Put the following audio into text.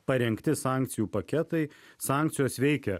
parengti sankcijų paketai sankcijos veikia